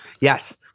Yes